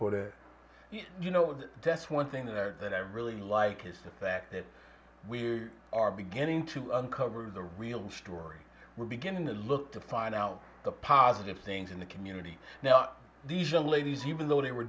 for their you know that's one thing i really like is that we are beginning to uncover the real story we're beginning to look to find out the positive things in the community now these young ladies even though they were